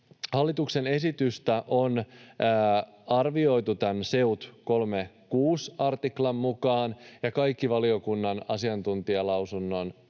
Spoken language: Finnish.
hallituksen esitystä on arvioitu tämän SEUT 36 artiklan mukaan, ja kaikki valiokunnalle asiantuntijalausunnon